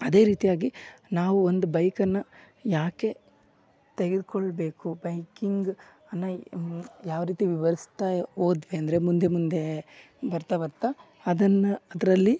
ಅದೇ ರೀತಿಯಾಗಿ ನಾವು ಒಂದು ಬೈಕನ್ನ ಯಾಕೆ ತೆಗೆದುಕೊಳ್ಬೇಕು ಬೈಕಿಂಗ್ ಅನ್ನ ಯಾವ ರೀತಿ ವಿವರಿಸ್ತಾ ಹೋದ್ವಿ ಅಂದರೆ ಮುಂದೆ ಮುಂದೆ ಬರ್ತಾ ಬರ್ತಾ ಅದನ್ನ ಅದರಲ್ಲಿ